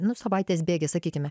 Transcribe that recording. nu savaitės bėgyje sakykime